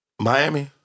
Miami